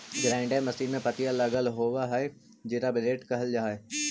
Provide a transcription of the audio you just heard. grinder machine में पत्तियाँ लगल होव हई जिसे ब्लेड कहल जा हई